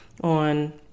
on